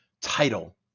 title